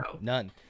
None